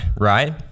right